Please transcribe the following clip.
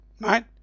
right